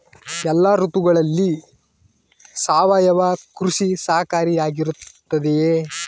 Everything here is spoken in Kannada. ಎಲ್ಲ ಋತುಗಳಲ್ಲಿ ಸಾವಯವ ಕೃಷಿ ಸಹಕಾರಿಯಾಗಿರುತ್ತದೆಯೇ?